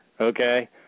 Okay